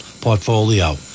portfolio